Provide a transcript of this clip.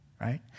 right